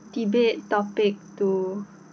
debate topic two